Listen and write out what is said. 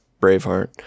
Braveheart